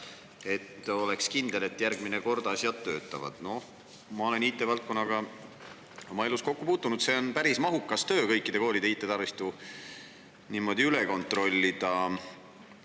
et oleks kindel, et järgmine kord asjad töötavad. Noh, ma olen IT-valdkonnaga oma elus kokku puutunud. See on päris mahukas töö kõikide koolide IT‑taristu niimoodi üle kontrollida.